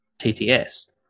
TTS